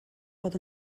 bod